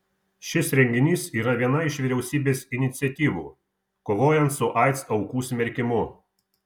šis renginys yra viena iš vyriausybės iniciatyvų kovojant su aids aukų smerkimu